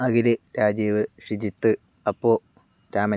Akhil Rajeev Shijith Appu Raman